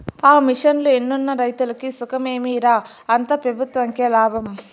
ఆ మిషన్లు ఎన్నున్న రైతులకి సుఖమేమి రా, అంతా పెబుత్వంకే లాభం